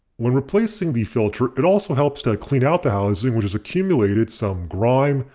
when replacing the filter it also helps to clean out the housing which has accumulated some grime,